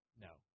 No